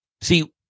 See